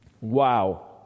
Wow